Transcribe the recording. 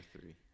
three